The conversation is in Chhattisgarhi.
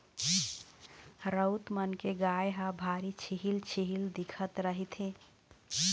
राउत मन के गाय ह भारी छिहिल छिहिल दिखत रहिथे